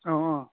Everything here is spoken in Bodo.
औ औ